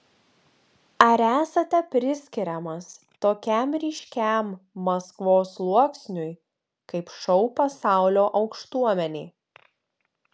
ar esate priskiriamas tokiam ryškiam maskvos sluoksniui kaip šou pasaulio aukštuomenė